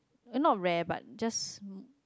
it not rare but just